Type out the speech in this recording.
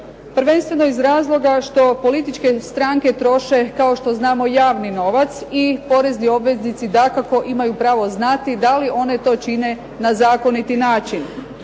prvenstveno iz razloga što političke stranke troše, kao što znamo, javni novac i porezni obveznici dakako imaju pravo znati da li one to čine na zakoniti način.